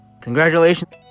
Congratulations